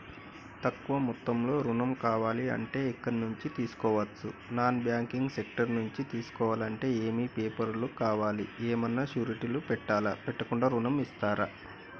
తక్కువ మొత్తంలో ఋణం కావాలి అంటే ఎక్కడి నుంచి తీసుకోవచ్చు? నాన్ బ్యాంకింగ్ సెక్టార్ నుంచి తీసుకోవాలంటే ఏమి పేపర్ లు కావాలి? ఏమన్నా షూరిటీ పెట్టాలా? పెట్టకుండా ఋణం ఇస్తరా?